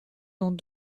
dont